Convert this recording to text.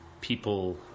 people